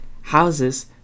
houses